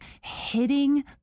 hitting